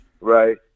right